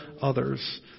others